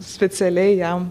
specialiai jam